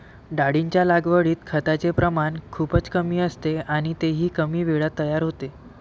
डाळींच्या लागवडीत खताचे प्रमाण खूपच कमी असते आणि तेही कमी वेळात तयार होते